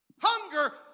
Hunger